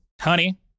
Honey